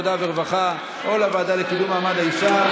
הוועדה למעמד האישה.